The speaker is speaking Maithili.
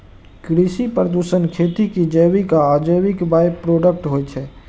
कृषि प्रदूषण खेती के जैविक आ अजैविक बाइप्रोडक्ट होइ छै